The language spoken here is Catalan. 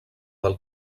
del